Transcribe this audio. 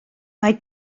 mae